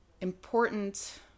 important